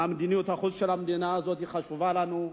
מדיניות החוץ של המדינה הזאת חשובה לנו.